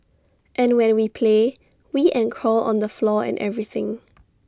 and when we play we and crawl on the floor and everything